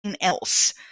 else